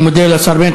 אני מודה לשר בנט.